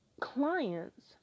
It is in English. clients